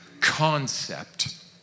concept